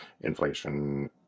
inflation